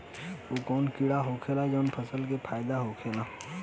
उ कौन कीड़ा होखेला जेसे फसल के फ़ायदा होखे ला?